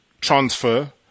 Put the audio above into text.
transfer